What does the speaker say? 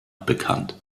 bekannt